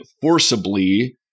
forcibly